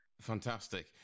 Fantastic